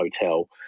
hotel